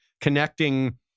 connecting